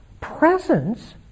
presence